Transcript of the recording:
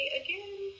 again